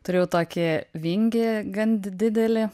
turėjau tokį vingį gan didelį